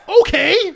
Okay